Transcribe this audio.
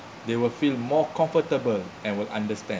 they will feel more comfortable and will understand